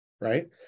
right